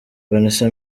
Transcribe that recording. vanessa